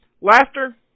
laughter